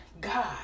God